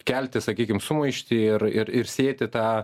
kelti sakykim sumaištį ir ir sėti tą